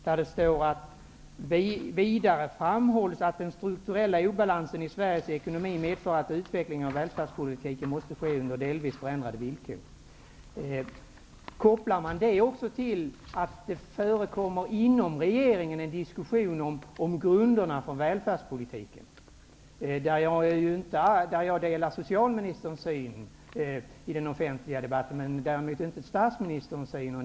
Där står: ''Vidare framhålls att den strukturella obalansen i Sveriges ekonomi medför att utvecklingen av välfärdspolitiken måste ske under delvis förändrade villkor''. Detta kan kopplas till att det inom regeringen förekommer en diskussion om grunderna för välfärdspolitiken. Där delar jag socialministerns syn i den offentliga debatten, men däremot inte statsministerns.